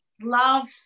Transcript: love